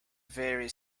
very